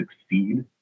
succeed